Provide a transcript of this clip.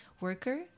worker